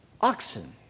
oxen